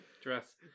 dress